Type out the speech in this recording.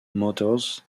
motors